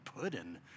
pudding